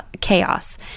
chaos